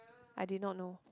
I did not know